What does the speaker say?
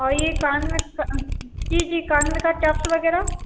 और यह कान में जी जी कान में का टप्स वग़ैरह